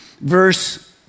verse